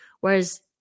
whereas